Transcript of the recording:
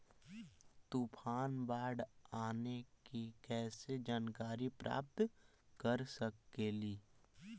तूफान, बाढ़ आने की कैसे जानकारी प्राप्त कर सकेली?